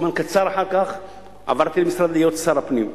זמן קצר אחר כך עברתי להיות שר הפנים,